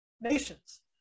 nations